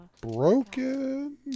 broken